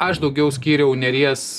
aš daugiau skyriau nėries